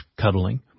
cuddling